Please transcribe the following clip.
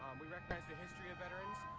we recognize the history of veterans,